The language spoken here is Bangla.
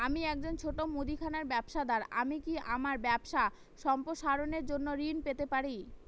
আমি একজন ছোট মুদিখানা ব্যবসাদার আমি কি আমার ব্যবসা সম্প্রসারণের জন্য ঋণ পেতে পারি?